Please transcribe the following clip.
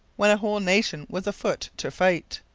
when a whole nation was afoot to fight!